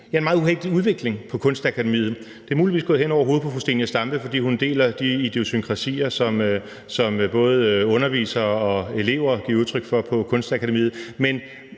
en meget uheldig udvikling på Kunstakademiet. Det er muligvis gået hen over hovedet på fru Zenia Stampe, fordi hun deler de idiosynkrasier, som både undervisere og elever giver udtryk for på Kunstakademiet.